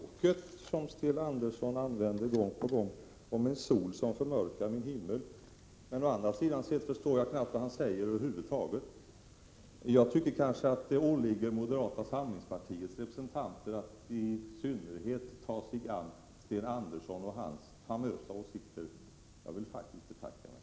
Herr talman! Jag förstår mig inte riktigt på det bildspråk som Sten Andersson i Malmö använde gång på gång om en sol som förmörkar min himmel — men å andra sidan sett förstår jag knappt vad han säger över huvud taget. Jag tycker det åligger moderata samlingspartiets representanter att i synnerhet ta sig an Sten Andersson och hans famösa åsikter. Jag vill faktiskt betacka mig.